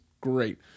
great